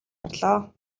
орлоо